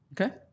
Okay